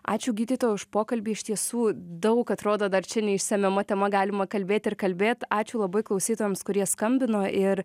ačiū gydytoja už pokalbį iš tiesų daug atrodo dar čia neišsemiama tema galima kalbėti ir kalbėt ačiū labai klausytojams kurie skambino ir